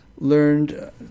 Learned